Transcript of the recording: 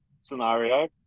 scenario